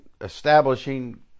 establishing